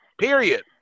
period